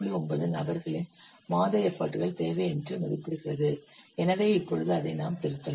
9 நபர்களின் மாத எஃபர்ட் கள் தேவை என்று மதிப்பிடுகிறது எனவே இப்பொழுது அதை நாம் திருத்தலாம்